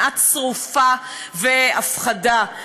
שנאה צרופה והפחדה.